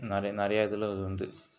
நிறையா நிறையா இதில் அது வந்து